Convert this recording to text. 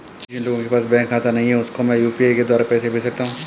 जिन लोगों के पास बैंक खाता नहीं है उसको मैं यू.पी.आई के द्वारा पैसे भेज सकता हूं?